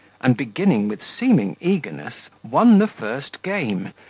and, beginning with seeming eagerness, won the first game,